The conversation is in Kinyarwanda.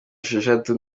eshatu